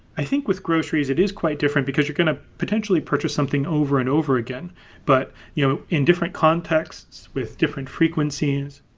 i think with groceries, it is quite different because you're going to potentially purchase something over and over again but you know in different contexts with different frequencies.